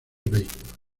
vehículos